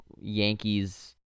Yankees